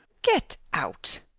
get out!